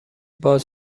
باز